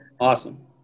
Awesome